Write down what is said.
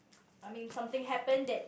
I mean something happened that